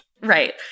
right